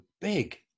big